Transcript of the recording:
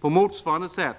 och anslaget bör därför inte skäras ner på detta sätt.